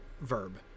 verb